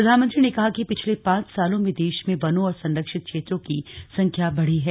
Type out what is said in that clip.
प्रधानमंत्री ने कहा कि पिछले पांच सालों में देश में वनों और संरक्षित क्षेत्रों की संख्या बढ़ी है